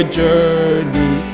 journey